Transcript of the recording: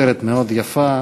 כותרת מאוד יפה: